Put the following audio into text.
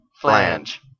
Flange